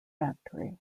factory